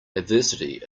adversity